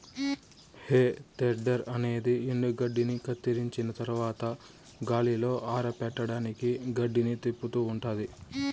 హే tedder అనేది ఎండుగడ్డిని కత్తిరించిన తరవాత గాలిలో ఆరపెట్టడానికి గడ్డిని తిప్పుతూ ఉంటాది